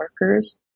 workers